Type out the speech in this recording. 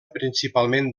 principalment